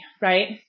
right